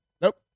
nope